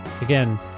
again